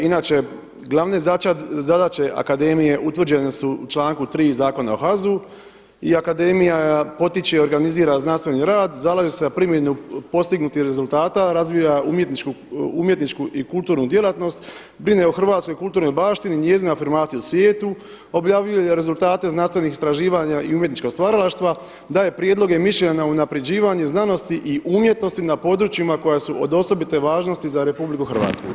Inače glavne zadaće akademije utvrđene su u članku 3. Zakona o HZZU i akademija potiče i organizira znanstveni rad, zalaže se za primjenu postignutih rezultata, razvija umjetničku i kulturnu djelatnost, brine o hrvatskoj kulturnoj baštini, njezinoj afirmaciji u svijetu, objavljuje rezultate znanstvenih istraživanja i umjetničkog stvaralaštva, daje prijedloge i mišljenja na unapređivanje znanosti i umjetnosti na područjima koja su od osobite važnosti za Republiku Hrvatsku.